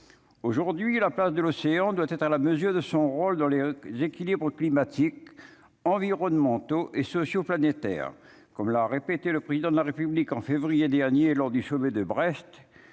aujourd'hui la place de l'océan doit être à la mesure de son rôle dans les équilibres climatiques environnementaux et sociaux planétaire, comme l'a répété le président de la République en février dernier lors du sommet de Brest,